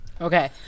Okay